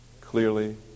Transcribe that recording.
clearly